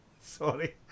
Sorry